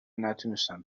نتونستم